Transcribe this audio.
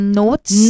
notes